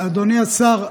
אדוני השר,